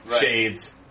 shades